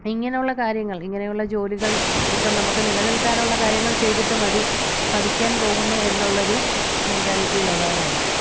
ഇങ്ങനുള്ള കാര്യങ്ങൾ ഇങ്ങനെയുള്ള ജോലികൾ ഇപ്പോൾ നമുക്ക് നിലനിൽക്കാൻ ഉള്ള കാര്യങ്ങൾ ചെയ്തിട്ടു മതി പഠിക്കാൻ പോകുന്നു എന്നുള്ളൊരു മെൻറ്റാലിറ്റിയിലുള്ളവരായിരിക്കും